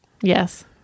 Yes